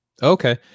Okay